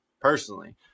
personally